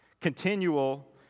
Continual